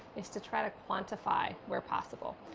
is to try to quantify where possible.